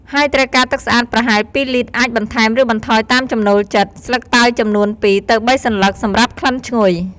ហើយត្រូវការទឹកស្អាត ប្រហែល ២ លីត្រ អាចបន្ថែម ឬបន្ថយតាមចំណូលចិត្ត, ស្លឹកតើយចំនួន ២ ទៅ ៣ សន្លឹក សម្រាប់ក្លិនឈ្ងុយ។